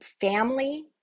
Family